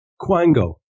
Quango